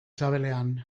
sabelean